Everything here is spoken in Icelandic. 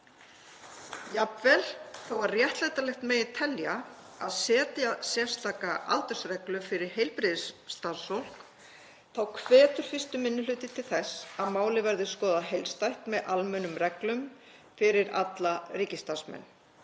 Jafnvel þó að réttlætanlegt megi telja að setja sérstaka aldursreglu fyrir heilbrigðisstarfsfólk þá hvetur 1. minni hluti til þess að málið verði skoðað heildstætt með almennum reglum fyrir alla ríkisstarfsmenn.